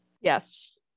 yes